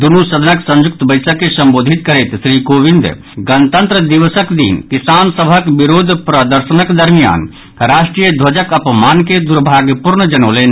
दूनू सदनक संयुक्त बैसक के संबोधित करैत श्री कोविंद गणतंत्र दिवसक दिन किसान सभक विरोध प्रदर्शनक दरमियान राष्ट्रीय ध्वजक अपमान के दुर्भाग्यपूर्ण जनौलनि